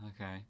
okay